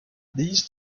these